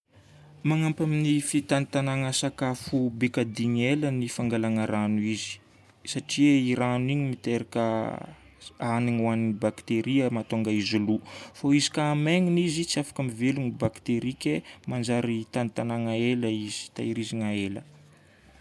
Magnampy amin'ny fitantagnàna sakafo beky hahadigny ela ny fangalana rano izy satria i rano igny miteraka hanigny ho an'ny bakteria ke mahatonga izy lò. Fô izy koa hamaignina izy tsy afaka mivelogno bakteria ke manjary tantagnàna ela izy, tehirizina ela.